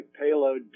payload